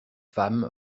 femme